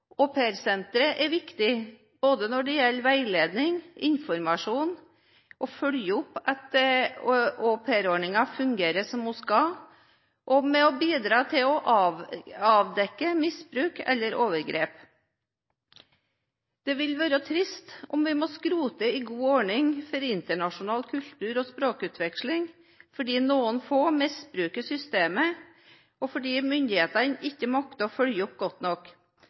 er viktig både når det gjelder veiledning, informasjon, å følge opp at aupairordningen fungerer som den skal, og å bidra til å avdekke misbruk eller overgrep. Det vil være trist om vi må skrote en god ordning for internasjonal kultur- og språkutveksling fordi noen få misbruker systemet, og fordi myndighetene ikke makter å følge opp godt nok